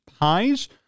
pies